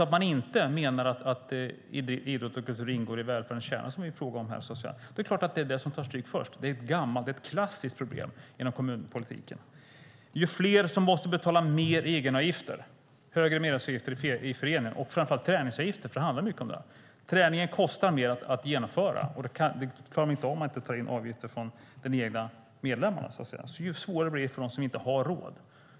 Om man inte menar att idrott och kultur ingår i välfärdens kärna, som det är fråga om här, är det klart att det är det som tar stryk först. Det är ett klassiskt problem inom kommunpolitiken. Det är fler som måste betala mer egenavgifter, högre medlemsavgifter till föreningar, och framför allt träningsavgifter, för det handlar mycket om det. Träningen kostar mer att genomföra, och man klarar inte kostnaderna om man inte tar in avgifter från de egna medlemmarna. Därför blir det svårare för dem som inte har råd.